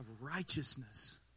righteousness